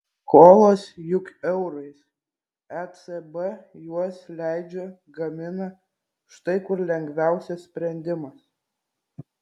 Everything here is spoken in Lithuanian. skolos juk eurais ecb juos leidžia gamina štai kur lengviausias sprendimas